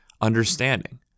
understanding